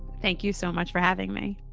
thank you so much for having me